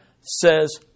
says